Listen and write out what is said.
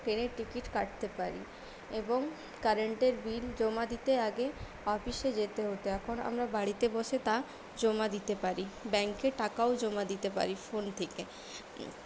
প্লেনের টিকিট কাটতে পারি এবং কারেন্টের বিল জমা দিতে আগে অফিসে যেতে হত এখন আমরা বাড়িতে বসে তা জমা দিতে পারি ব্যাঙ্কে টাকাও জমা দিতে পারি ফোন থেকে